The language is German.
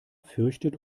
fürchtet